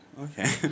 okay